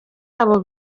abo